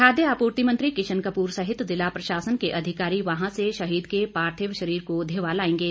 खाद्य आपूर्ति मंत्री किशन कपूर सहित जिला प्रशासन के अधिकारी वहां से शहीद के पार्थिव शरीर को धेवा लाएंगे